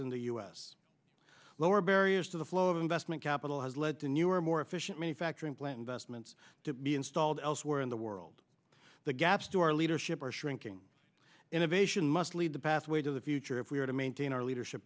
in the us lower barriers to the flow of investment capital has led to newer more efficient manufacturing plant investments to be installed elsewhere in the world the gaps to our leadership are shrinking innovation must lead the pathway to the future if we are to maintain our leadership